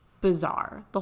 bizarre